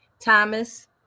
Thomas